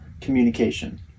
communication